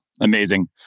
Amazing